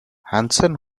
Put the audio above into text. hansen